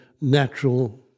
natural